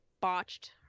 botched